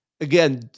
Again